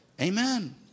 Amen